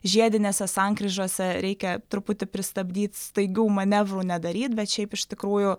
žiedinėse sankryžose reikia truputį pristabdyt staigių manevrų nedaryt bet šiaip iš tikrųjų